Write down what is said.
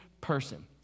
person